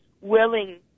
willing